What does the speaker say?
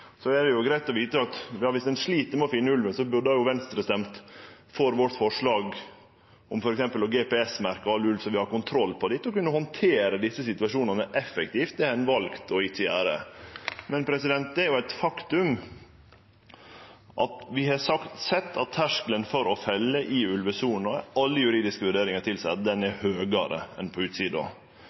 Så er det greitt å vite at om ein slit med å finne ulven, burde Venstre stemt for vårt forslag om f.eks. å GPS-merkje all ulven, så vi kunne hatt kontroll på dei og kunne handtert desse situasjonane effektivt. Det har ein valt å ikkje gjere. Det er eit faktum at vi har sett at terskelen for å felle i ulvesona – alle juridiske vurderingar tilseier det – er høgre enn på utsida. Når ein då etablerer ei buffersone på utsida